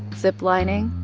ziplining,